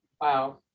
wow